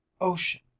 ocean